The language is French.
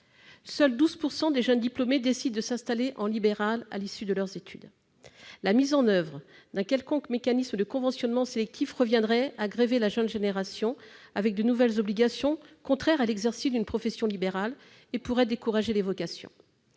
seuls 12 % des jeunes diplômés décident de s'installer en milieu libéral à l'issue de leurs études. Ensuite, la mise en oeuvre d'un quelconque mécanisme de conventionnement sélectif reviendrait à grever la jeune génération de nouvelles obligations contraires à l'exercice d'une profession libérale ; elle pourrait décourager des vocations.